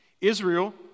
Israel